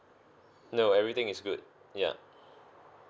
no everything is good ya